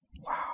Wow